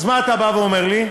אז מה אתה בא ואומר לי?